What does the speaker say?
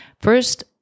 First